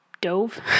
dove